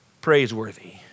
praiseworthy